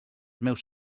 meus